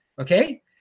okay